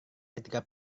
ketika